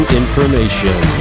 information